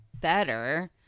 better